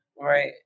Right